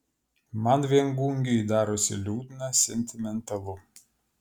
man viengungiui darosi liūdna sentimentalu